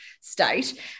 state